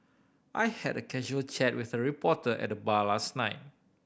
I had a casual chat with a reporter at bar last night